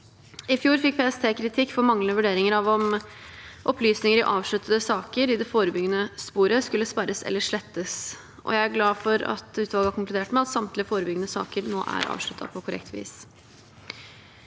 I fjor fikk PST kritikk for manglende vurderinger av om opplysninger i avsluttede saker i det forebyggende sporet skulle sperres eller slettes, og jeg er glad for at utvalget har konkludert med at samtlige forebyggende saker nå er avsluttet på korrekt vis.